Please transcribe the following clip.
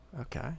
Okay